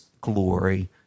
glory